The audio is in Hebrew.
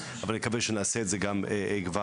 אבל נקווה שנעשה את זה גם כבר,